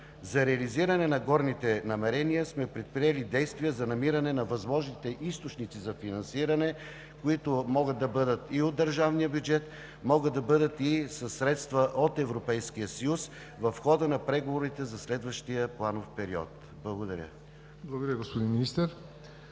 За реализиране на горните намерения сме предприели действия за намиране на възможните източници за финансиране, които могат да бъдат от държавния бюджет, могат да бъдат и със средства от Европейския съюз в хода на преговорите за следващия планов период. Благодаря. ПРЕДСЕДАТЕЛ ЯВОР НОТЕВ: Благодаря, господин Министър.